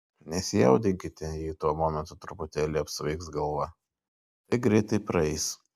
nesijaudinkite jei tuo momentu truputėlį apsvaigs galva tai greitai praeis